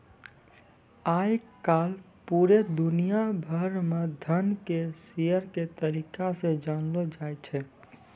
आय काल पूरे दुनिया भरि म धन के शेयर के तरीका से जानलौ जाय छै